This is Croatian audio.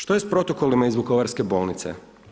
Što je sa protokolima iz vukovarske bolnice?